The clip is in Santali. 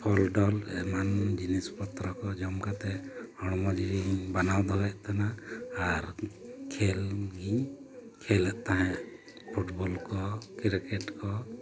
ᱯᱷᱚᱞ ᱰᱚᱞ ᱮᱢᱟᱱ ᱡᱤᱱᱤᱥ ᱯᱚᱛᱨᱚ ᱠᱚ ᱡᱚᱢ ᱠᱟᱛᱮᱫ ᱦᱚᱲᱢᱚ ᱡᱤᱣᱤᱧ ᱵᱟᱱᱟᱣ ᱫᱚᱦᱚᱭᱮᱫ ᱛᱟᱦᱮᱱᱟ ᱟᱨ ᱠᱷᱮᱞ ᱜᱤᱧ ᱠᱷᱮᱞᱮᱫ ᱛᱟᱦᱮᱸᱫ ᱯᱷᱩᱴᱵᱚᱞ ᱠᱚ ᱠᱨᱤᱠᱮᱴ ᱠᱚ